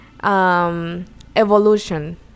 Evolution